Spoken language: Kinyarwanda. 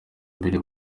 mbere